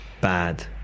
bad